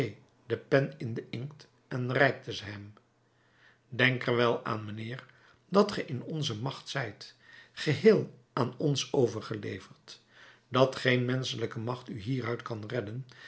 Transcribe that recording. de pen in den inkt en reikte ze hem denk er wel aan mijnheer dat ge in onze macht zijt geheel aan ons overgeleverd dat geen menschelijke macht u hieruit kan redden